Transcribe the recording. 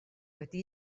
wedi